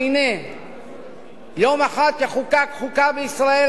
שהנה יום אחד תחוקק חוקה בישראל,